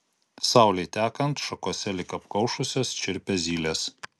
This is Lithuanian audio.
saulei tekant šakose lyg apkaušusios čirpia zylės